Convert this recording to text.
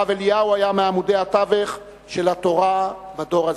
הרב אליהו היה מעמודי התווך של התורה בדור הזה.